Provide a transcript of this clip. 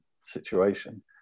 situation